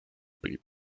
build